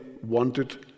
wanted